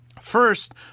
First